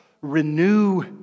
renew